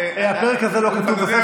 הסופר